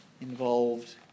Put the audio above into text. involved